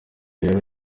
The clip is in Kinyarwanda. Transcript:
rero